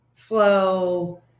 flow